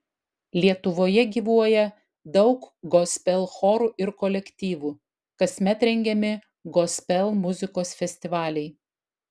lietuvoje gyvuoja daug gospel chorų ir kolektyvų kasmet rengiami gospel muzikos festivaliai